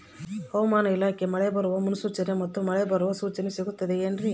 ಹವಮಾನ ಇಲಾಖೆ ಮಳೆ ಬರುವ ಮುನ್ಸೂಚನೆ ಮತ್ತು ಮಳೆ ಬರುವ ಸೂಚನೆ ಸಿಗುತ್ತದೆ ಏನ್ರಿ?